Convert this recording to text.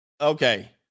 Okay